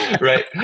Right